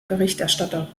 berichterstatter